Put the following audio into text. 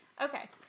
Okay